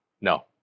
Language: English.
No